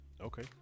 Okay